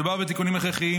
מדובר בתיקונים הכרחיים,